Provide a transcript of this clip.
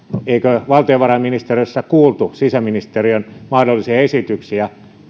eikö valtiovarainministeriössä kuultu sisäministeriön mahdollisia esityksiä